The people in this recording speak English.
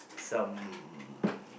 some